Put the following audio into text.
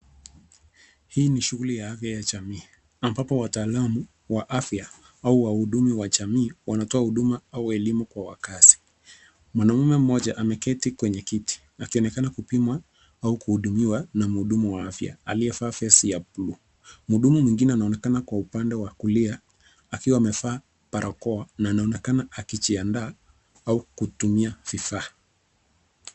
Hii ni shughuli ya afya ya jamii ambapo wataalamu wa afya au wahudumu wajamii wanatoa huduma au elimu kwa wakazi. Mwanamume mmoja ameketi kwenye kiti akionekana kupima au kuhudumiwa na mhudumu wa afya aliyevaa vesti ya buluu. Mhudumu mwingine anaonekana kwa upande wa kulia akiwa amevaa barakoa na anaonekana akijiandaa au kutumia vifaa.